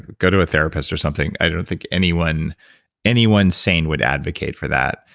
go to a therapist or something. i don't think anyone anyone sane would advocate for that.